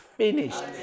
finished